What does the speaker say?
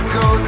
go